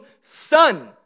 son